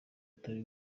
atari